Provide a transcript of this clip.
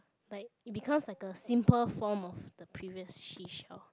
like it become like a simple form of the previous seashell